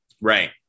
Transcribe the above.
right